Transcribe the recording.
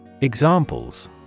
Examples